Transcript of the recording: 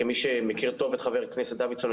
כמי שמכיר טוב את חבר הכנסת דוידסון,